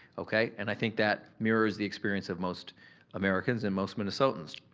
okay? and i think that mirrors the experience of most americans and most minnesotans.